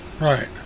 Right